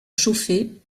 chauffée